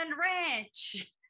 ranch